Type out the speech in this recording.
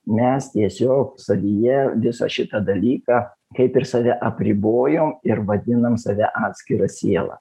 mes tiesiog savyje visą šitą dalyką kaip ir save apribojom ir vadinam save atskira siela